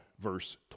verse